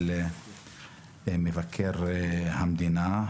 של מבקר המדינה,